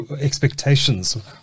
expectations